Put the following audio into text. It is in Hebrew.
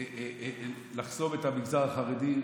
לחסום את המגזר החרדי,